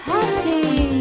Happy